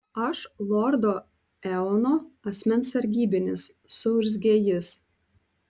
aš lordo eono asmens sargybinis suurzgė jis